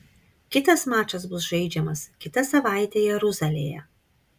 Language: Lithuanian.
kitas mačas bus žaidžiamas kitą savaitę jeruzalėje